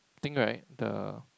thing right the